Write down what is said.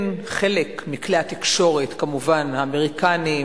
בין חלק מכלי התקשורת, כמובן, האמריקנים,